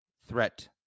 threat